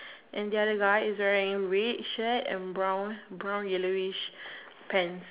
and the other guy is wearing red shirt and brown brown yellowish pants